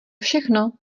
všechno